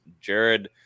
Jared